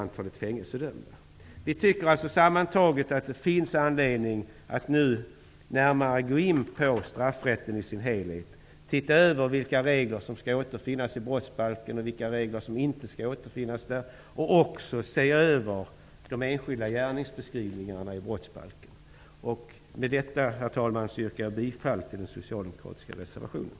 Sammantaget tycker vi att det finns anledning att nu närmare gå in på straffrätten i dess helhet och se över vilka regler som skall återfinnas i brottsbalken och vilka som inte skall återfinnas där och även se över de enskilda gärningsbeskrivningarna i brottsbalken. Med detta, herr talman, yrkar jag bifall till den socialdemokratiska reservationen.